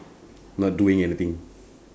not doing anything